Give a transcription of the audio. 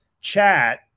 chat